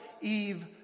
Eve